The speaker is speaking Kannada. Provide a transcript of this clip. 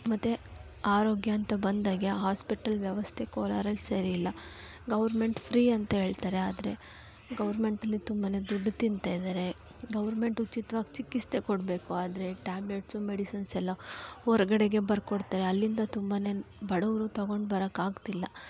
ಮತ್ತು ಆರೋಗ್ಯ ಅಂತ ಬಂದಾಗೆ ಹಾಸ್ಪಿಟಲ್ ವ್ಯವಸ್ಥೆ ಕೋಲಾರಲ್ಲಿ ಸರಿ ಇಲ್ಲ ಗೌರ್ಮೆಂಟ್ ಫ್ರೀ ಅಂತೇಳ್ತಾರೆ ಆದರೆ ಗೌರ್ಮೆಂಟಲ್ಲಿ ತುಂಬ ದುಡ್ಡು ತಿಂತಾ ಇದ್ದಾರೆ ಗೌರ್ಮೆಂಟ್ ಉಚಿತ್ವಾಗಿ ಚಿಕಿತ್ಸೆ ಕೊಡಬೇಕು ಆದರೆ ಟ್ಯಾಬ್ಲೆಟ್ಸು ಮೆಡಿಸಿನ್ಸ್ ಎಲ್ಲ ಹೊರಗಡೆಗೆ ಬರ್ಕೊಡ್ತಾರೆ ಅಲ್ಲಿಂದ ತುಂಬ ಬಡವರು ತಗೊಂಡು ಬರಕ್ಕೆ ಆಗ್ತಿಲ್ಲ